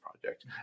project